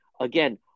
again